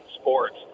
sports